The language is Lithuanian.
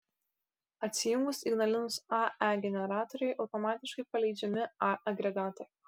atsijungus ignalinos ae generatoriui automatiškai paleidžiami a agregatai